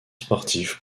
sportifs